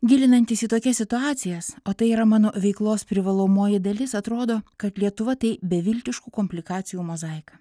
gilinantis į tokias situacijas o tai yra mano veiklos privalomoji dalis atrodo kad lietuva tai beviltiškų komplikacijų mozaika